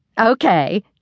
Okay